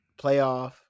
playoff